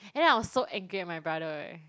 and then I was so angry at my brother eh